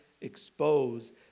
expose